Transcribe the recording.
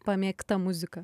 pamėgta muzika